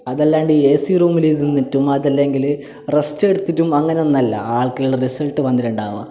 അതല്ലാണ്ട് ഈ A C റൂമിലിരുന്നിട്ടും അതല്ലെങ്കിൽ റസ്റ്റ് എടുത്തിട്ടും അങ്ങനെ ഒന്നും അല്ല ആൾക്കുള്ള റിസൽറ്റ് വന്നിട്ടുണ്ടാവുക